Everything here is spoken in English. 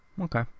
Okay